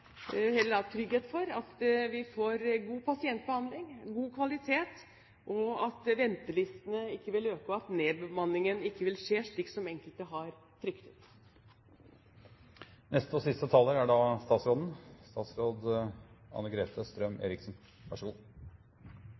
trygghet for at vi får god pasientbehandling, god kvalitet, og at ventelistene ikke vil øke og at nedbemanningen ikke vil skje, slik som enkelte har fryktet. Det har vært uttrykt fra mange at de er